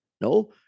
No